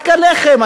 רק הלחם.